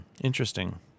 interesting